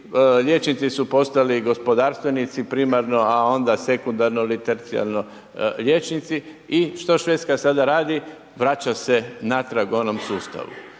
liječnici su postali gospodarstvenici primarno, a onda sekundarno ili tercijarno liječnici i što Švedska sada radi? Vraća se natrag onom sustavu.